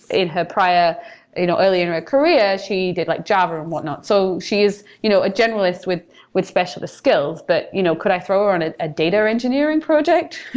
in her prior you know earlier in her ah career, she did like java and whatnot. so she is you know a generalist with with specialist skills, but you know could i throw her on a data engineering project?